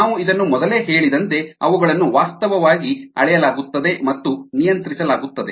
ನಾವು ಇದನ್ನು ಮೊದಲೇ ಹೇಳಿದಂತೆ ಅವುಗಳನ್ನು ವಾಸ್ತವವಾಗಿ ಅಳೆಯಲಾಗುತ್ತದೆ ಮತ್ತು ನಿಯಂತ್ರಿಸಲಾಗುತ್ತದೆ